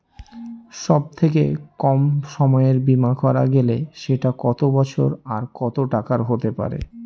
সব থেকে কম সময়ের বীমা করা গেলে সেটা কত বছর আর কত টাকার হতে পারে?